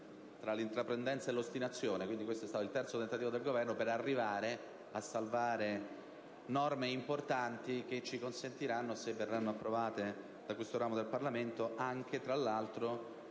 tra l'intraprendenza e l'ostinazione). Quindi, questo è stato il terzo tentativo del Governo per arrivare a salvare norme importanti, che tra l'altro ci consentiranno, se verranno approvate da questo ramo del Parlamento, di avvicinarci